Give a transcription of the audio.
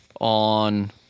On